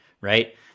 Right